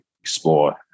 explore